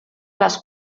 les